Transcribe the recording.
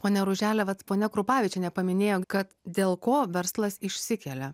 pone ružele vat ponia krupavičienė paminėjo kad dėl ko verslas išsikelia